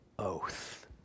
oath